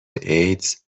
ایدز